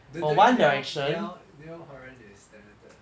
don't tell me niall niall horan is talented ah